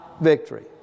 victory